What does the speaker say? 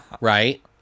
right